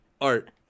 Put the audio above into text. art